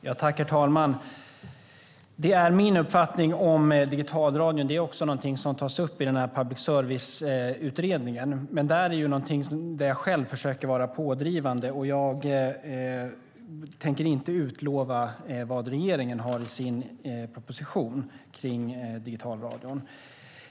Herr talman! Det är min uppfattning om digitalradion. Det är också någonting som tas upp i Public service-utredningen. Men det här är ju någonting som jag själv försöker vara pådrivande i, och jag tänker inte utlova något om vad regeringen har i sin proposition kring digitalradion.